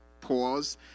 pause